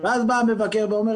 ואז בא המבקר ואומר,